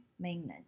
maintenance